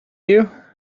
you